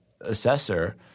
assessor